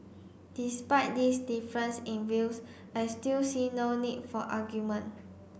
despite this difference in views I still see no need for argument